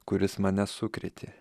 kuris mane sukrėtė